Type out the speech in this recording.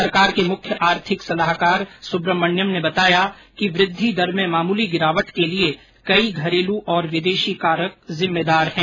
सरकार के मुख्य आर्थिक सलाहकार सुब्रहमण्यम ने बताया कि वृद्धि दर में मामूली गिरावट के लिए कई घरेलू और विदेशी कारक जिम्मेदार हैं